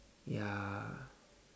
ya